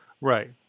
Right